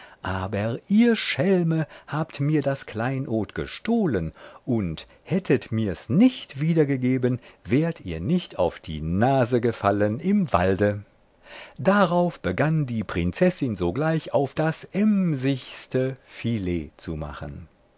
aber ihr schelme habt mir das kleinod gestohlen und hättet mir's nicht wieder gegeben wärt ihr nicht auf die nase gefallen im walde darauf begann die prinzessin sogleich auf das emsigste filet zu machen